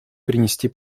принести